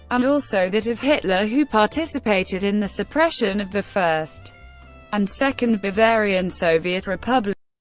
and also that of hitler who participated in the suppression of the first and second bavarian soviet republics